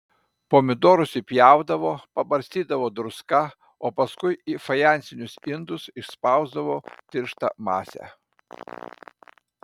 pomidorus įpjaudavo pabarstydavo druska o paskui į fajansinius indus išspausdavo tirštą masę